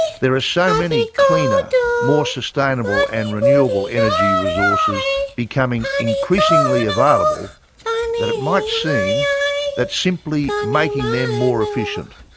there are so many cleaner, more sustainable and renewable energy resources becoming increasingly available that it might seem that simply making them more efficient,